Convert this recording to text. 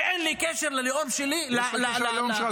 ואין לי קשר ללאום שלי -- יש לך קשר ללאום שלך,